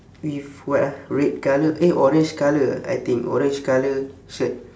with what ah red colour eh orange colour ah I think orange colour shirt